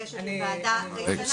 האפשרויות --- מניסיונך, מה לדעתך הפתרון?